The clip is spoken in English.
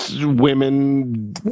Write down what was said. women